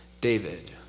David